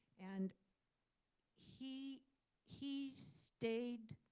and he he stayed